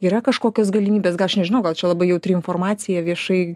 yra kažkokios galimybės gal aš nežinau gal čia labai jautri informacija viešai